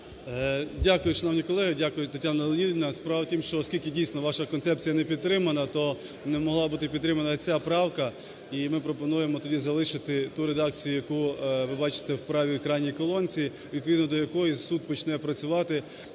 Дякую, шановні колеги. Дякую, Тетяна Леонідівна. Справа в тім, що оскільки дійсно ваша концепція не підтримана, то не могла бути підтримана і ця правка. І ми пропонуємо тоді залишити ту редакцію, яку ви бачите в правій крайній колонці, відповідно до якої суд почне працювати